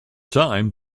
time